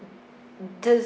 does